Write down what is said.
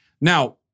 Now